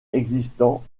existants